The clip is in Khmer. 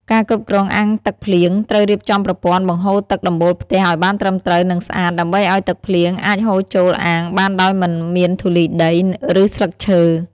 ការគ្រប់គ្រងអាងទឹកភ្លៀងត្រូវរៀបចំប្រព័ន្ធបង្ហូរទឹកដំបូលផ្ទះឲ្យបានត្រឹមត្រូវ និងស្អាត ដើម្បីឲ្យទឹកភ្លៀងអាចហូរចូលអាងបានដោយមិនមានធូលីដី ឬស្លឹកឈើ។